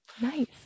Nice